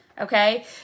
Okay